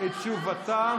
את תשובתה.